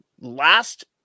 last